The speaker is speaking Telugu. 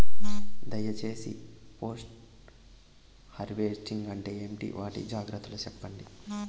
దయ సేసి పోస్ట్ హార్వెస్టింగ్ అంటే ఏంటి? వాటి జాగ్రత్తలు సెప్పండి?